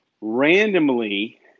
Randomly